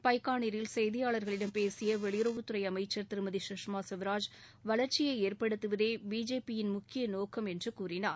பைகானிரில் செய்தியாளர்களிடம் பேசிய வெளியுறவுத்துறை அமைச்சர் திருமதி சுஷ்மா ஸ்வராஜ் வளர்ச்சியை ஏற்படுத்துவதே பிஜேபியின் முக்கிய நோக்கம் என்று கூறினார்